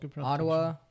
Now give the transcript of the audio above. Ottawa